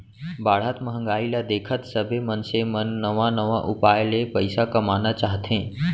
बाढ़त महंगाई ल देखत सबे मनसे मन नवा नवा उपाय ले पइसा कमाना चाहथे